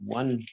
one